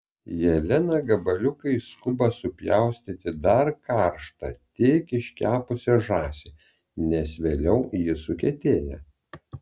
jelena gabaliukais skuba supjaustyti dar karštą tik iškepusią žąsį nes vėliau ji sukietėja